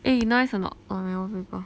eh nice or not my new wallpaper